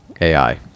ai